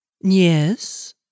Yes